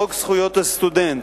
חוק זכויות הסטודנט,